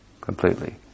completely